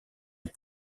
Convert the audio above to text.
est